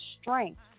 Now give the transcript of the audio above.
strength